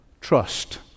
Trust